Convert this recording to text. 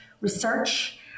research